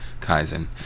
Kaizen